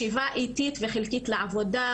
שיבה איטית וחלקית לעבודה,